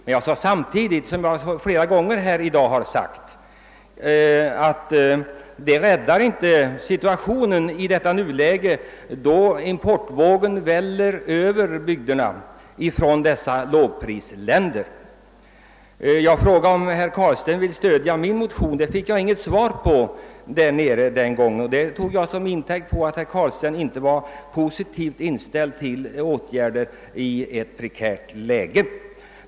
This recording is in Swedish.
Men jag sade samtidigt — och jag har sagt det flera gånger förut här i dag — att detta inte skulle rädda situationen i nuvarande läge, då importen från dessa lågprisländer väller över bygderna. Jag frågade, om herr Carlstein ville stödja min motion. Jag fick inte något svar på frågan den gången, och därför drog jag slutsatsen att herr Carlstein inte var positivt inställd till snabba åtgärder i ett prekärt läge.